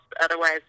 otherwise